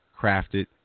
crafted